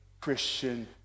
Christian